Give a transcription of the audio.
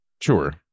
Sure